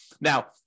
Now